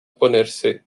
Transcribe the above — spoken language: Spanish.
ponerse